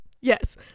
yes